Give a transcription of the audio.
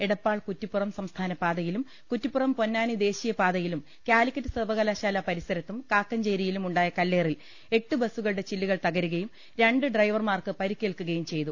എടപ്പാൾ കുറ്റിപ്പുറം സംസ്ഥാന പാതയിലും കുറ്റി പ്പുറം പൊന്നാനി ദേശീയപാതയിലും കാലിക്കറ്റ് സർവകലാശാലാ പരി സരത്തും കാക്കഞ്ചേരിയിലും ഉണ്ടായ കല്ലേറിൽ എട്ട് ബസ്സുകളുടെ ചില്ലു കൾ തകരുകയും രണ്ട് ഡ്രൈവർമാർക്ക് പരിക്കേൽക്കുകയും ചെയ്തു